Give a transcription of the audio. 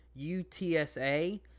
utsa